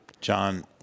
John